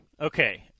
okay